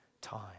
time